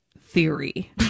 theory